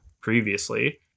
previously